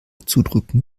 zudrücken